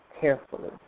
carefully